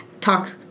talk